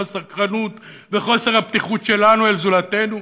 הסקרנות וחוסר הפתיחות שלנו אל זולתנו?